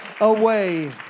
away